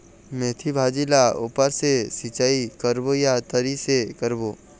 मेंथी भाजी ला ऊपर से सिचाई करबो या तरी से करबो?